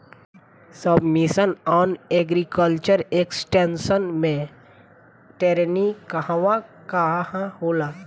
सब mission on agriculture extension मै टेरेनीं कहवा कहा होला?